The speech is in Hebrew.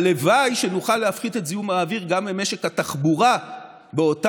הלוואי שנוכל להפחית את זיהום האוויר גם ממשק התחבורה באותה